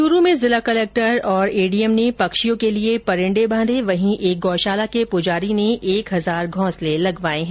च्रू में जिला कलेक्टर और एडीएम ने पक्षियों के लिए परिंडे बांधे वहीं एक गौशाला के पुजारी ने एक हजार घों सले लगवाए हैं